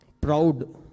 proud